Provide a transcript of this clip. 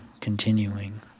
continuing